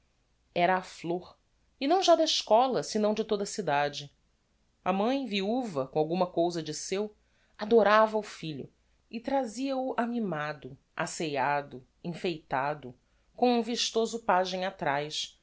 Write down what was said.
era a flôr e não já da eschola senão de toda a cidade a mãe viuva com alguma cousa de seu adorava o filho e trazia o amimado aceiado enfeitado com um vistoso pagem atraz